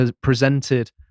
presented